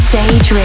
Stage